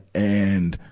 and,